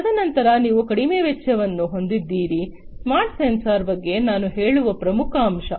ತದನಂತರ ನೀವು ಕಡಿಮೆ ವೆಚ್ಚವನ್ನು ಹೊಂದಿದ್ದೀರಿ ಸ್ಮಾರ್ಟ್ ಸೆನ್ಸಾರ್ ಬಗ್ಗೆ ನಾನು ಹೇಳುವ ಪ್ರಮುಖ ಅಂಶ